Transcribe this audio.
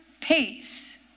peace